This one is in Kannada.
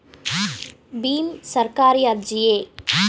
ಭೀಮ್ ಸರ್ಕಾರಿ ಅರ್ಜಿಯೇ?